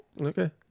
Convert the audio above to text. Okay